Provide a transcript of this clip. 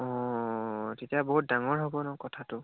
অঁ তেতিয়া বহুত ডাঙৰ হ'ব ন কথাটো